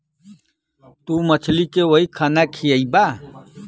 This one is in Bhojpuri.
तू मछली के वही खाना खियइबा